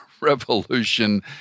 revolution